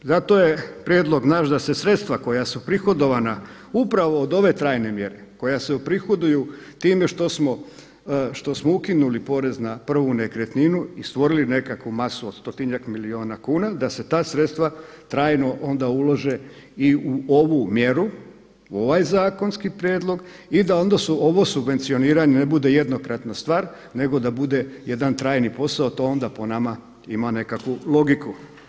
Zato je prijedlog naš da se sredstva koja su prihodovana upravo od ove trajne mjere koja se uprihoduju time što smo ukinuli porez na prvu nekretninu i stvorili nekakvu masu od stotinjak milijuna kuna da se ta sredstva onda trajno ulože i u ovu mjeru u ovaj zakonski prijedlog i da onda ovo subvencioniranje ne bude jednokratna stvar nego da bude jedan trajni posao, a to onda po nama ima nekakvu logiku.